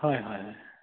হয় হয় হয়